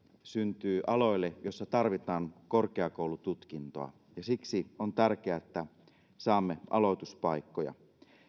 syntyy aloille joilla tarvitaan korkeakoulututkintoa ja siksi on tärkeää että saamme aloituspaikkoja